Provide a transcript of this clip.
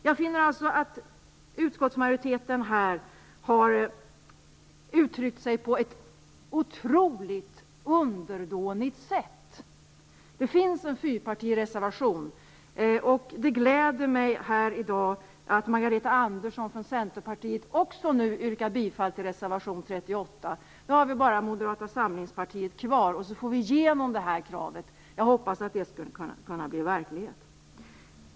Jag finner alltså att utskottsmajoriteten här har uttryckt sig på ett otroligt underdånigt sätt. Det finns en fyrpartireservation, reservation 38, och det gläder mig att Margareta Andersson från Centerpartiet nu också yrkar bifall till denna. Nu har vi bara Moderata samlingspartiet kvar, så får vi igenom det här kravet. Jag hoppas att det skall kunna bli verklighet.